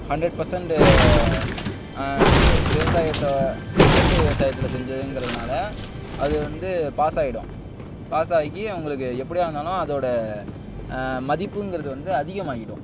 hundred percent என்னது விவசாயத்தை இயற்கை விவசாயத்தில் செஞ்சதுங்கிறதுனால அது வந்து பாசாகிடும் பாஸாகி உங்களுக்கு எப்படியா இருந்தாலும் அதோட மதிப்புங்கிறது வந்து அதிகமாகிடும்